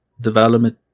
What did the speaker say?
Development